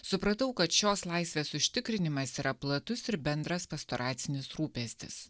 supratau kad šios laisvės užtikrinimas yra platus ir bendras pastoracinis rūpestis